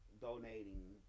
donating